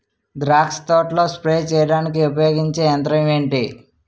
ద్రాక్ష తోటలో స్ప్రే చేయడానికి ఉపయోగించే యంత్రం ఎంటి?